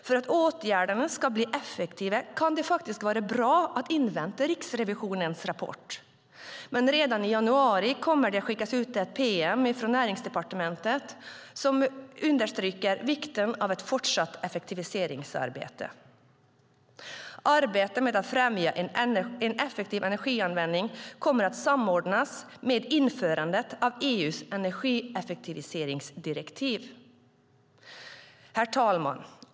För att åtgärderna ska bli effektiva kan det vara bra att invänta Riksrevisionens rapport. Men redan i januari kommer det att skickas ut ett pm från Näringsdepartementet som understryker vikten av ett fortsatt effektiviseringsarbete. Arbetet med att främja en effektiv energianvändning kommer att samordnas med införandet av EU:s energieffektiviseringsdirektiv. Herr talman!